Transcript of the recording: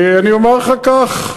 אני אומר לך כך: